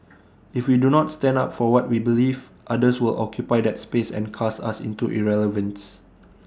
if we do not stand up for what we believe others will occupy that space and cast us into irrelevance